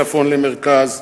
צפון למרכז,